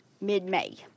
mid-May